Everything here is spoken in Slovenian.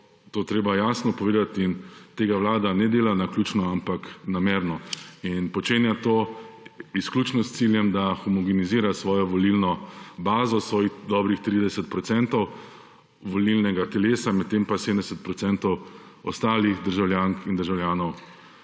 je treba jasno povedat in tega Vlada ne dela naključno, ampak namerno in počenja to izključno s ciljem, da homogenizira svojo volilno bazo, svojih dobrih 30 % volilnega telesa, medtem pa 70 % ostalih državljank in državljanov